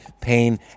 pain